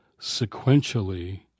sequentially